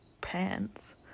pants